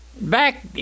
Back